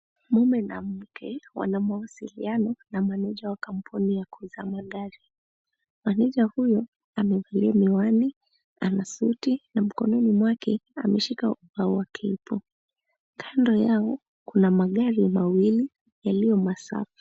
Mume na mke wanamawasiliano na maneja wa kampuni ya kuuza magari. Maneja huyo amevalia miwani ana suti, na mikononi mwake ameshika ubao wa klipo. Kando yao kuna magari mawili yaliyo masafi.